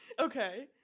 Okay